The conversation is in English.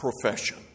profession